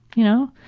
you know?